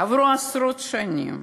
עברו עשרות שנים,